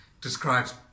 describes